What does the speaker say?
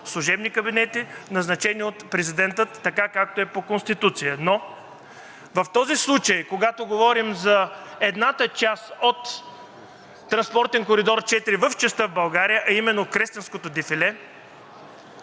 служебни кабинети, назначени от президента, така както е по Конституция, но в този случай, когато говорим за едната част от транспортен коридор IV в частта в България, а именно Кресненското дефиле,